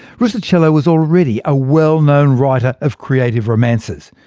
rustichello was already a well-known writer of creative romances.